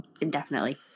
indefinitely